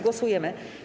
Głosujemy.